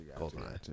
Goldeneye